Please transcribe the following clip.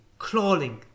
clawing